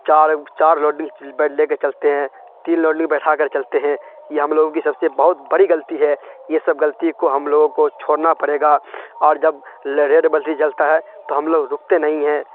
چار چار لوڈنگ لے کے چلتے ہیں تین لوڈنگ بیٹھا کر چلتے ہیں یہ ہم لوگوں کی سب سے بہت بڑی غلطی ہے یہ سب غلطی کو ہم لوگوں کو چھوڑنا پڑے گا اور جب ریڈ بتی چلتا ہے تو ہم لوگ رکتے نہیں ہیں